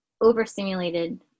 overstimulated